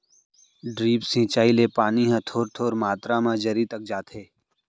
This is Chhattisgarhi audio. ड्रिप सिंचई ले पानी ह थोर थोर मातरा म जरी तक जाथे